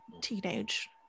teenage